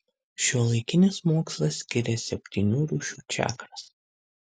šiuolaikinis mokslas skiria septynių rūšių čakras